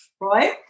right